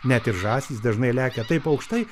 net ir žąsys dažnai lekia taip aukštai